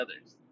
others